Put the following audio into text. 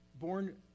born